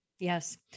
Yes